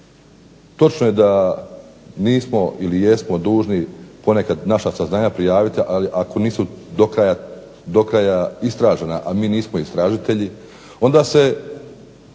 točno je nismo ili jesmo dužni ponekad naša saznanja prijaviti, ali ako nisu do kraja istražena, a mi nismo istražitelji onda se